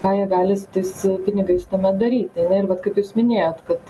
ką jie gali su tais pinigais tuomet daryti ir vat kaip jūs minėjot kad